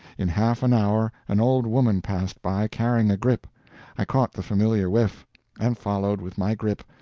in half an hour an old woman passed by, carrying a grip i caught the familiar whiff, and followed with my grip,